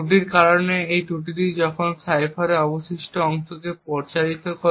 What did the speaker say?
ত্রুটির কারণে ত্রুটিটি তখন সাইফারের অবশিষ্ট অংশগুলিতে প্রচারিত হয়